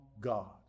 God